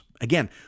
Again